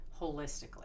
holistically